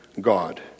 God